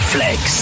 Flex